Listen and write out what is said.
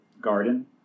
garden